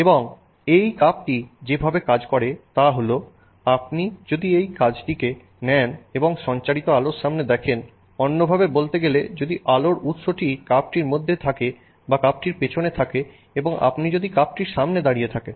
এবং এই কাপটি যেভাবে কাজ করে তা হল আপনি যদি এই কাজটিকে নেন এবং সঞ্চারিত আলোর সামনে দেখেন অন্যভাবে বলতে গেলে যদি আলোর উৎসটি কাপটির মধ্যে থাকে বা কাপটির পেছনে থাকে এবং আপনি যদি কাপটির সামনে দাঁড়িয়ে থাকেন